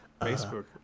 Facebook